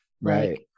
Right